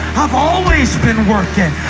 i've always been working.